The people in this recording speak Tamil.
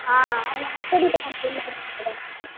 ஆ உங்கள் ஹச்ஓடிகிட்ட கம்ப்ளைண்ட் பண்ணியிருந்தீங்க தானே